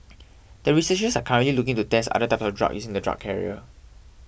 the researchers are currently looking to test other types of drugs using the drug carrier